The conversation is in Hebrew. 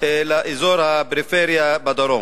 לאזור הפריפריה בדרום.